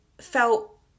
felt